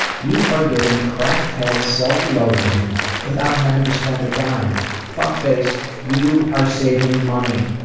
you are getting crackhead self-loathing without having to spend a dime. fuckface, you are saving money.